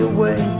away